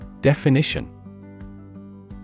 Definition